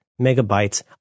megabytes